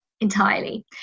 entirely